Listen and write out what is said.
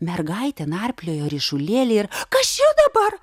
mergaitė narpliojo ryšulėlį ir kas čia dabar